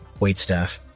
waitstaff